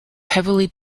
heavily